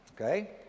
Okay